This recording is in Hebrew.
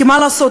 כי מה לעשות,